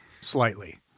slightly